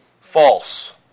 False